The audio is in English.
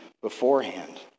beforehand